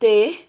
Ter